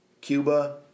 Cuba